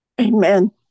Amen